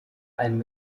einem